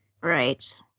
Right